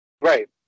Right